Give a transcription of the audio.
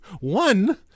one